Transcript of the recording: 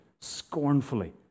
scornfully